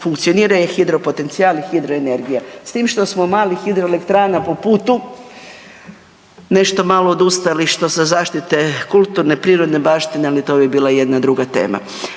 funkcionira je hidropotencijal i hidroenergija s tim što smo malih hidroelektrana po putu nešto malo odustali što se zaštite kulturne, prirodne baštine ali to bi bila jedna druga tema.